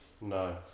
No